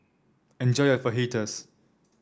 enjoy your Fajitas